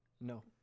no